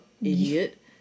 idiot